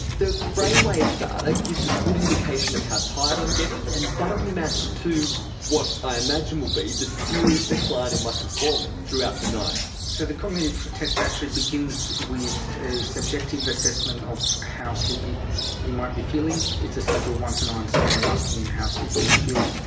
the brainwave data gives a good indication of how tired i'm getting, and that'll be matched to what i imagine will be the serious decline in my performance throughout the night. so the cognitive test battery begins with a subjective assessment of how sleepy you might be feeling. it's a simple one to nine scale asking you how sleepy you feel.